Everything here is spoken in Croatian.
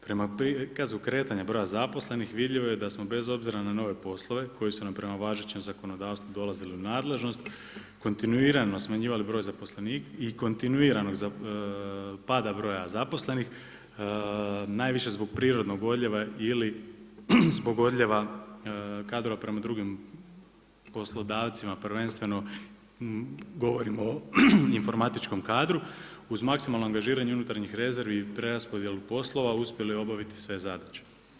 Prema prikazu kretanja broja zaposlenih vidljivo je da smo bez obzira na nove poslove koji su nam prema važećem zakonodavstvu dolazili u nadležnost kontinuirano smanjivali broj zaposlenika i kontinuiranog pada broja zaposlenih najviše zbog prirodnog odljeva ili zbog odljeva kadrova prema drugim poslodavcima prvenstveno govorimo o informatičkom kadru uz maksimalno angažiranje unutarnjih rezervi i preraspodjelu poslova uspjeli obaviti sve zadaće.